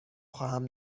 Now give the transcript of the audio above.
خواهم